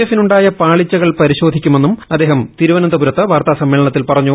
എഫിലുണ്ടായ പാളിച്ചകൾ പരിശോധിക്കുമെന്നും ആദ്ദേഷം തിരുവനന്തപുരത്ത് വാർത്താസമ്മേളനത്തിൽ പറഞ്ഞു